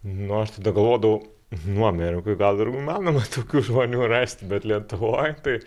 nu aš tada galvodavau nu amerikoj gal ir įmanoma tokių žmonių rasti bet lietuvoje tai